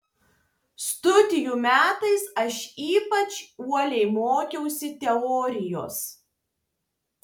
studijų metais aš ypač uoliai mokiausi teorijos